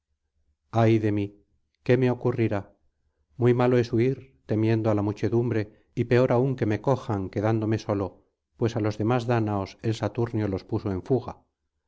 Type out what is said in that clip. ay de mí qué me ocurrirá muy malo es huir temiendo ala muchedumbre y peor aún que me cojan quedándome solo pues á los demás dáñaos el saturnio los puso en fuga